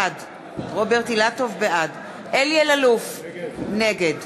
בעד אלי אלאלוף, נגד